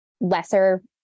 lesser